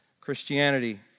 Christianity